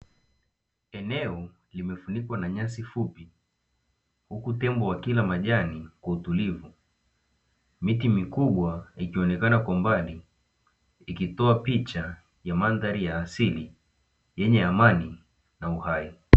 Eneo limefunikwa na nyasi fupi huku tembo wakila majani kwa utulivu. Miti mikubwa ikionekana kwa mbali ikitoa picha ya mandhari ya asili yenye amani na uhai.